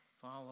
follow